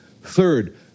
Third